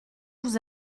vous